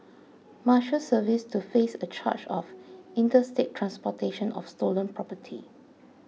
Marshals Service to face a charge of interstate transportation of stolen property